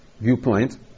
viewpoint